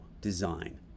design